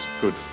good